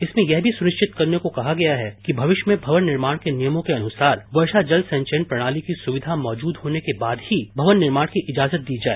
इसमें यह भी सुनिश्चित करने को कहा गया है कि भविष्य में भवन निर्माण के नियमों के अनुसार वर्षा जल संचयन प्रणाली की सुविधा मौजूद होने के बाद ही भवन निर्माण की इजाजत दी जाए